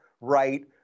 right